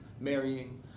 marrying